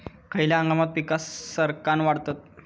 खयल्या हंगामात पीका सरक्कान वाढतत?